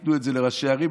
ייתנו את זה לראשי הערים,